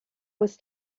was